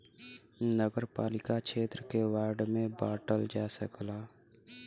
नगरपालिका क्षेत्र के वार्ड में बांटल जा सकला